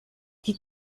die